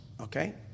Okay